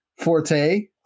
forte